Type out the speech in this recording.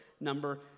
number